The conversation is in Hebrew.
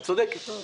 את צודקת.